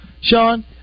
Sean